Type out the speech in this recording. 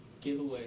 Giveaway